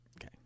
Okay